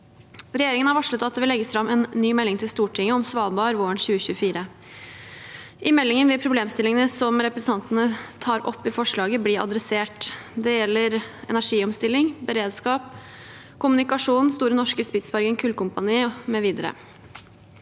Regjeringen har varslet at det vil legges fram en ny melding til Stortinget om Svalbard våren 2024. I meldingen vil problemstillingene som representantene tar opp i forslaget, bli adressert. Det gjelder energiomstilling, beredskap, kommunikasjon, Store Norske Spitsbergen Kulkompani mv.